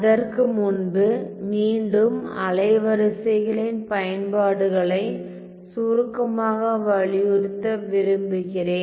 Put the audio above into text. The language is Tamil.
அதற்கு முன்பு மீண்டும் அலைவரிசைகளின் பயன்பாடுகளை சுருக்கமாக வலியுறுத்த விரும்புகிறேன்